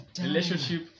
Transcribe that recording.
relationship